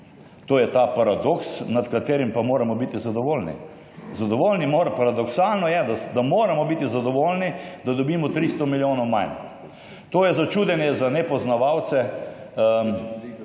To je ta paradoks, nad katerim pa moramo biti zadovoljni. Paradoksalno je, da moramo biti zadovoljni, da dobimo 300 milijonov manj. To je začudenje za nepoznavalce